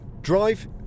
Drive